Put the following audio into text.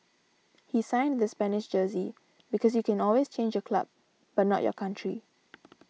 he signed the Spanish jersey because you can always change your club but not your country